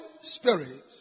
Spirit